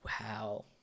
Wow